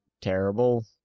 terrible